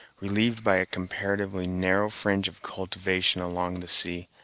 relieved by a comparatively narrow fringe of cultivation along the sea,